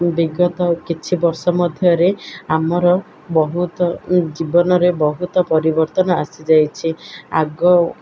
ବିଗତ କିଛି ବର୍ଷ ମଧ୍ୟରେ ଆମର ବହୁତ ଜୀବନରେ ବହୁତ ପରିବର୍ତ୍ତନ ଆସିଯାଇଛି ଆଗ